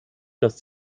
das